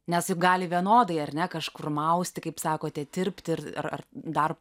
nes juk gali vienodai ar ne kažkur mausti kaip sakote tirpti ir ar dar